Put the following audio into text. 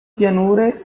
pianure